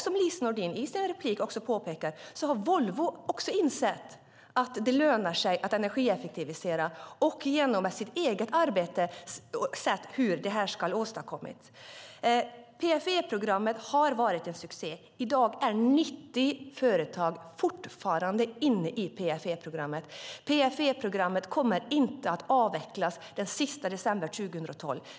Som Lise Nordin också sade i sin replik har Volvo insett att det lönar sig att energieffektivisera och genom eget arbete sett hur det ska åstadkommas. PFE-programmet har varit en succé. I dag är 90 företag fortfarande inne i PFE-programmet. PFE-programmet kommer inte att avvecklas den sista december 2012.